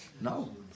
No